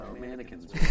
mannequins